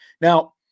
Now